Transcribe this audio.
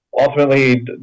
ultimately